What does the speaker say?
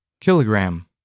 kilogram